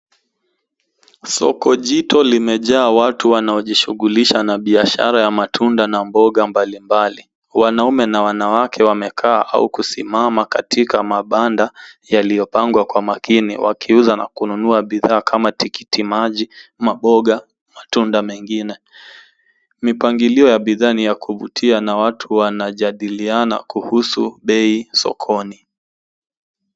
Soko jito limejaa watu wanaojishughulisha na biashara ya matunda na mboga mbalimbali. Wanaume na wanawake wamekaa au kusimama katika mabanda yaliyopangwa kwa makini wakiuza na kununua bidhaa kama tikiti maji, maboga, matunda mengine. Mpangilio ya bidhaa ni ya kuvutia na watu wanajadiliana kuhusu bei sokoni.